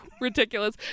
Ridiculous